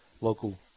local